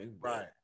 Right